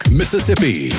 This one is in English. mississippi